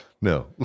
No